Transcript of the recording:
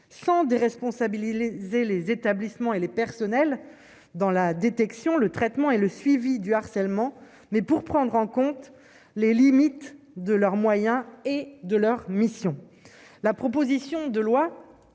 sans déresponsabiliser les établissements et les personnels dans la détection, le traitement et le suivi du harcèlement, mais pour prendre en compte les limites de leurs moyens et de leur mission, la proposition de loi